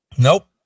Nope